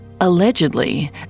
Allegedly